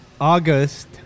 August